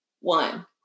One